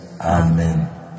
Amen